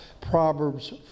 Proverbs